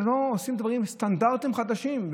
ולא עושים דברים בסטנדרטים חדשים.